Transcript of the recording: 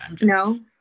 No